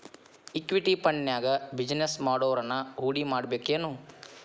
Equity ಫಂಡ್ನ್ಯಾಗ business ಮಾಡೊವ್ರನ ಹೂಡಿಮಾಡ್ಬೇಕೆನು?